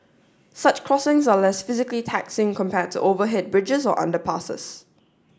such crossings are less physically taxing compared to overhead bridges or underpasses